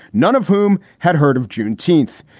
none of whom had heard of juneteenth.